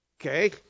Okay